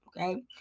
Okay